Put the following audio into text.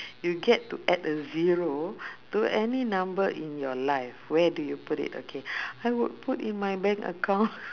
you get to add a zero to any number in your life where do you put it okay I would put in my bank account